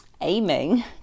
aiming